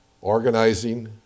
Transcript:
organizing